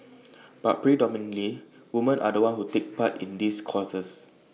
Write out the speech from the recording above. but predominantly woman are the ones who take part in these courses